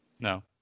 No